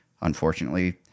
unfortunately